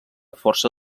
força